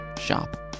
shop